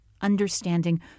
understanding